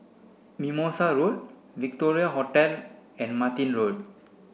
Mimosa Road Victoria Hotel and Martin Road